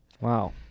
Wow